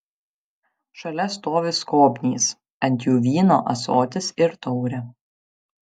šalia stovi skobnys ant jų vyno ąsotis ir taurė